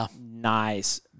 nice